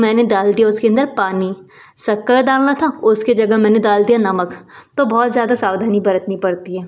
मैंने दाल दिया उसके अंदर पानी शक्कर डालना था उसके जगह मैंने डाल दिया नमक तो बहुत ज़्यादा सावधानी बरतनी पड़ती है